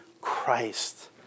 Christ